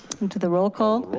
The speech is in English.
into the roll call.